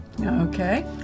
okay